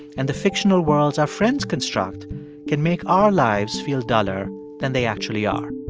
and the fictional worlds our friends construct can make our lives feel duller than they actually are.